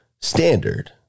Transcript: standard